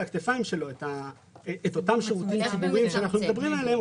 הכתפיים שלו את אותם שירותים ציבוריים שאנחנו מדברים עליהם,